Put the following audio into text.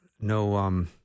no